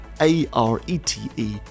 A-R-E-T-E